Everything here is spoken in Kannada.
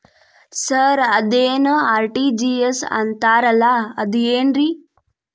ಸರ್ ಅದೇನು ಆರ್.ಟಿ.ಜಿ.ಎಸ್ ಅಂತಾರಲಾ ಅದು ಏನ್ರಿ?